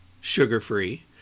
sugar-free